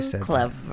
clever